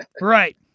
Right